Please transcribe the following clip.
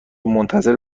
منتظر